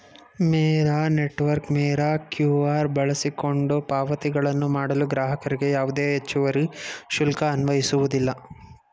ಮೇರಾ network ಮೇರಾ QR ಬಳಸಿಕೊಂಡು ಪಾವತಿಗಳನ್ನು ಮಾಡಲು ಗ್ರಾಹಕರಿಗೆ ಯಾವುದೇ ಹೆಚ್ಚುವರಿ ಶುಲ್ಕ ಅನ್ವಯಿಸುವುದಿಲ್ಲ